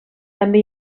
també